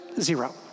Zero